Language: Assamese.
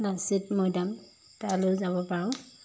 লাচিত মৈদাম তালৈ যাব পাৰোঁ